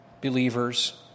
believers